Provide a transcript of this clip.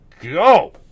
go